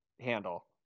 handle